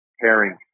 pairing